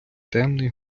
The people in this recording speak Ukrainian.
темний